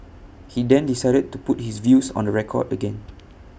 he then decided to put his views on the record again